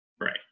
Right